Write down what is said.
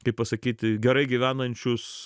kaip pasakyti gerai gyvenančius